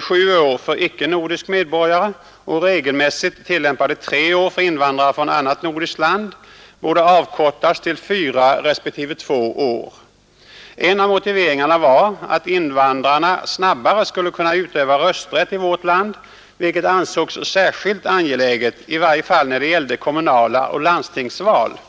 sju år för icke nordisk medborgare och regelmässigt tillämpade tre år för invandrare från annat nordiskt land, borde avkortas till fyra respektive två år. En av motiveringarna var att invandrarna snabbare skulle kunna få utöva sin rösträtt i vårt land, vilket ansågs särskilt angeläget, i varje fall när det gällde kommunala val och landstingsval.